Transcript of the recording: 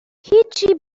هیچی